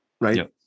right